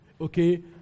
okay